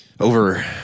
Over